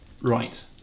Right